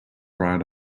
brad